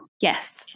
Yes